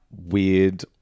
weird